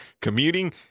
commuting